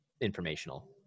informational